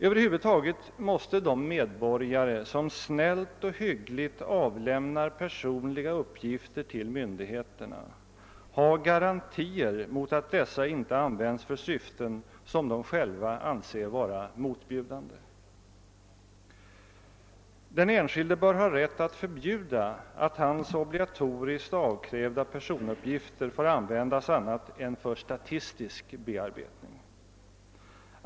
Över huvud taget måste de medborgare som snällt och hyggligt avlämnar personliga uppgifter till myndigheterna få garantier för att dessa uppgifter inte används för syften som de själva anser vara motbjudande. Den enskilde bör ha rättighet att förbjuda att hans obligatoriskt avkrävda personuppgifter får användas för annat än statistisk bearbetning.